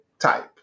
type